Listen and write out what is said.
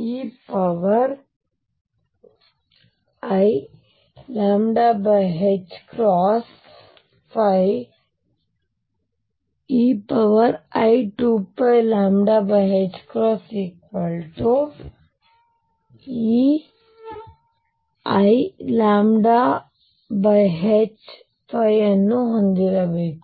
eiλϕ ei2πλ eiλϕ ಅನ್ನು ಹೊಂದಿರಬೇಕು